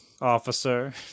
officer